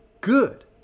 good